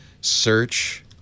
search